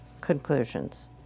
conclusions